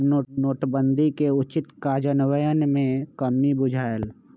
नोटबन्दि के उचित काजन्वयन में कम्मि बुझायल